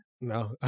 No